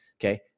Okay